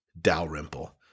Dalrymple